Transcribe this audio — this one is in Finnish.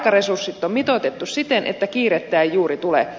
aikaresurssit on mitoitettu siten että kiirettä ei juuri tule